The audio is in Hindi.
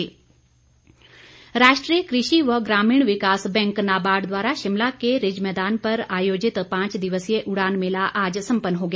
नाबार्ड राष्ट्रीय कृषि व ग्रामीण विकास बैंक नाबार्ड द्वारा शिमला के रिज मैदान पर आयोजित पांच दिवसीय उड़ान मेला आज संपन्न हो गया